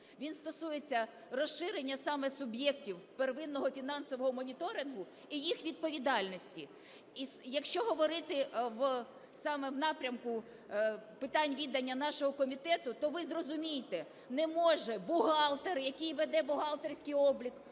Він стосується розширення саме суб'єктів первинного фінансового моніторингу і їх відповідальності. І якщо говорити саме в напрямку питань відання нашого комітету, то ви зрозумійте, не може бухгалтер, який веде бухгалтерський облік,